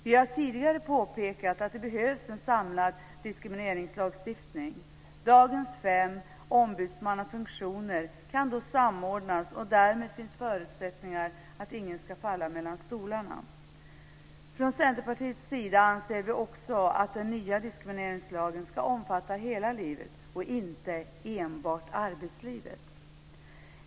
Vi har tidigare påpekat att det behövs en samlad diskrimineringslagstiftning. Dagens fem ombudsmannafunktioner kan då samordnas, och därmed finns förutsättningar för att ingen ska falla mellan stolarna. Från Centerpartiets sida anser vi också att den nya diskrimineringslagen ska omfatta hela livet och inte enbart arbetslivet.